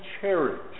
cherish